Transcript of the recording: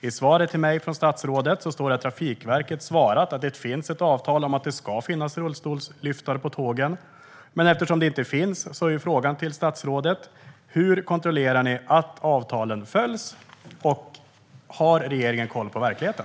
I svaret till mig från statsrådet står det att Trafikverket svarat att det finns ett avtal om att det ska finnas rullstolslyftar på tågen, men eftersom det inte finns är min fråga till statsrådet: Hur kontrollerar ni att avtalen följs, och har regeringen koll på verkligheten?